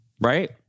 right